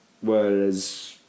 whereas